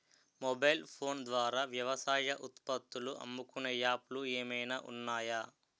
Mobile phone ద్వారా వ్యవసాయ ఉత్పత్తులు అమ్ముకునే యాప్ లు ఏమైనా ఉన్నాయా?